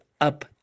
up